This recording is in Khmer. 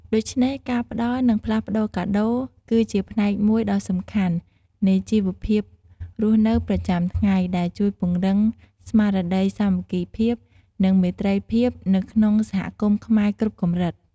ដូច្នេះ ការផ្តល់និងផ្លាស់ប្ដូរកាដូរ គឺជាផ្នែកមួយដ៏សំខាន់នៃជីវភាពរស់នៅប្រចាំថ្ងៃ ដែលជួយពង្រឹងស្មារតីសាមគ្គីភាព និងមេត្រីភាពនៅក្នុងសហគមន៍ខ្មែរគ្រប់កម្រិត។